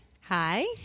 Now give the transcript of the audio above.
Hi